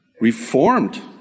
Reformed